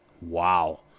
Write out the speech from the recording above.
Wow